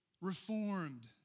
reformed